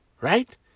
Right